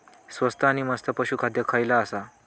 स्वस्त आणि मस्त पशू खाद्य खयला आसा?